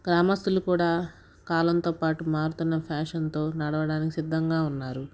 గ్రామస్తులు కూడా కాలంతో పాటు మారుతున్న ఫ్యాషన్తో నడవడానికి సిద్ధంగా ఉన్నారు